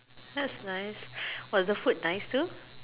thats nice was the food nicer